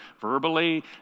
verbally